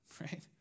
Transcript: right